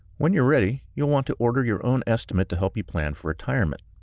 when you're ready, you'll want to order your own estimate to help you plan for retirement.